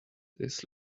this